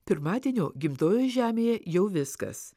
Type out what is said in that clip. pirmadienio gimtojoje žemėje jau viskas